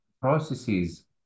processes